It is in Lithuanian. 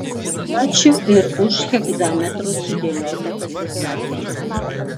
ačiū ir už hegzametru sudėliotą pasisakymą